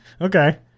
okay